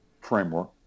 framework